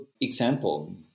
example